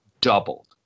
doubled